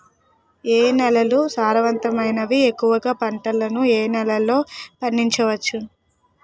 ఏ నేలలు సారవంతమైనవి? ఎక్కువ గా పంటలను ఏ నేలల్లో పండించ వచ్చు?